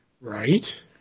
Right